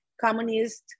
communist